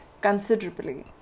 considerably